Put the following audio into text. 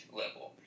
level